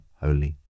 holy